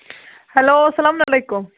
hello اسلام وعلیکُم